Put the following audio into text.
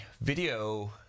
video